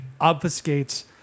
obfuscates